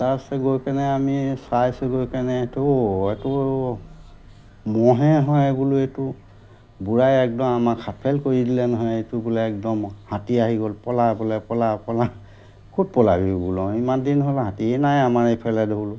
তাৰপাছতে গৈ কিনে আমি চাইছোঁ গৈ কেনে এইটো অ' এইটো ম'হে হয় বোলো এইটো বুঢ়াই একদম আমাক হাৰ্ট ফেইল কৰি দিলে নহয় এইটো বোলে একদম হাতী আহি গ'ল পলা বোলে পলা পলা ক'ত পলাবি বোলো ইমান দিন হ'ল হাতীয়ে নাই আমাৰ এইফালে ধৰোঁ